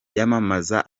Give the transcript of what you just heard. yamamaza